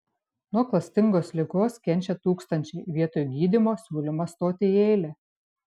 nuo klastingos ligos kenčia tūkstančiai vietoj gydymo siūlymas stoti į eilę